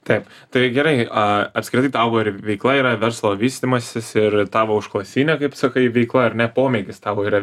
taip tai gerai a apskritai tavo ir veikla yra verslo vystymasis ir tavo užklasinė kaip sakai veikla ar ne pomėgis tavo yra